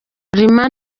lima